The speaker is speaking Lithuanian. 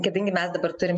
kadangi mes dabar turim